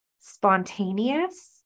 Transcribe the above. spontaneous